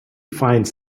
finds